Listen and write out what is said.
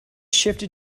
shifted